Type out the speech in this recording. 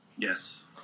Yes